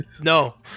No